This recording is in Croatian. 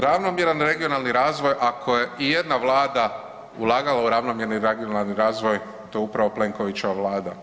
Ravnomjeran regionalni razvoj, ako je ijedna vlada ulagala u ravnomjeran regionalni razvoj to je upravo Plenkovićeva vlada.